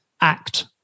act